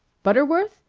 butterworth?